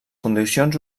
condicions